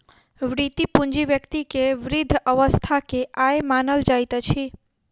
वृति पूंजी व्यक्ति के वृद्ध अवस्था के आय मानल जाइत अछि